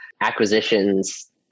acquisitions